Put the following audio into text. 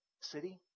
city